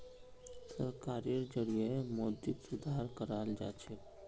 सरकारेर जरिएं मौद्रिक सुधार कराल जाछेक